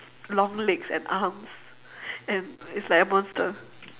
long legs and arms and it's like a monster